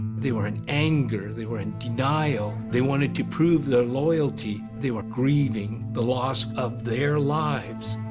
they were in anger, they were in denial, they wanted to prove their loyalty. they were grieving the loss of their lives,